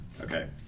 Okay